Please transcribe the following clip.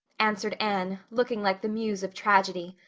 answered anne, looking like the muse of tragedy.